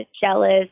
jealous